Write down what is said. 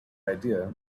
idea